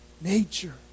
nature